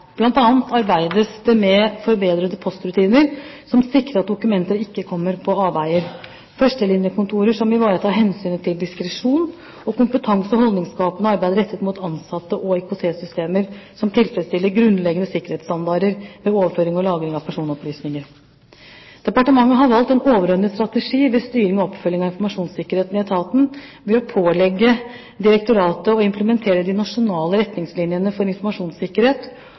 arbeides det med forbedrede postrutiner som sikrer at dokumenter ikke kommer på avveier, førstelinjekontorer som ivaretar hensynet til diskresjon, kompetanse og holdningsskapende arbeid rettet mot ansatte, og IKT-systemer som tilfredsstiller grunnleggende sikkerhetsstandarder ved overføring og lagring av personopplysninger. Departementet har valgt en overordnet strategi ved styring og oppfølging av informasjonssikkerheten i etaten ved å pålegge direktoratet å implementere Nasjonale retningslinjer for informasjonssikkerhet